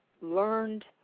learned